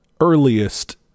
earliest